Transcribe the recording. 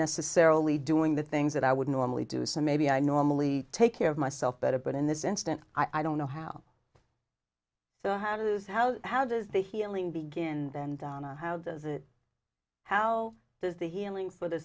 necessarily doing the things that i would normally do so maybe i normally take care of myself better but in this instance i don't know how so how does how how does the healing begin then donna how does it how does the healing for the